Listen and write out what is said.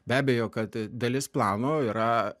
be abejo kad dalis plano yra